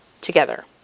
together